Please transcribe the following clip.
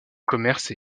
commerce